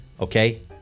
Okay